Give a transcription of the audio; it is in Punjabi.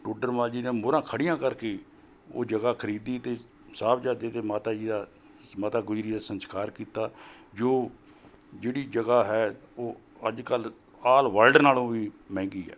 ਟੋਡਰ ਮੱਲ ਜੀ ਨੇ ਮੋਹਰਾਂ ਖੜ੍ਹੀਆਂ ਕਰਕੇ ਉਹ ਜਗ੍ਹਾ ਖਰੀਦੀ ਅਤੇ ਸਾਹਿਬਜ਼ਾਦੇ ਅਤੇ ਮਾਤਾ ਜੀ ਦਾ ਮਾਤਾ ਗੁਜਰੀ ਦਾ ਸੰਸਕਾਰ ਕੀਤਾ ਜੋ ਜਿਹੜੀ ਜਗ੍ਹਾ ਹੈ ਉਹ ਅੱਜ ਕੱਲ੍ਹ ਆਲ ਵਰਲਡ ਨਾਲੋਂ ਵੀ ਮਹਿੰਗੀ ਹੈ